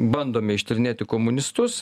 bandome ištyrinėti komunistus